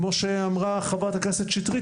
כמו שאמרה חברת הכנסת שטרית,